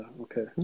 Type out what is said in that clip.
Okay